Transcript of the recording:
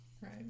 Right